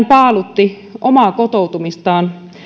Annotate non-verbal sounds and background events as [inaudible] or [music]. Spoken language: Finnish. [unintelligible] paalutti omaa kotoutumistaan